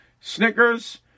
Snickers